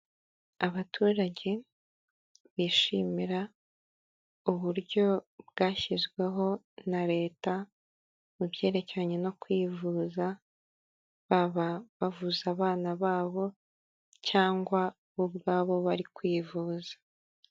Abaturage bishimira uburyo bwashyizweho na leta mu byerekeranye no kwivuza, baba bavuza abana babo cyangwa bo ubwabo bari kwivuza.